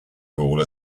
pool